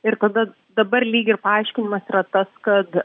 ir tada dabar lyg ir paaiškinimas yra tas kad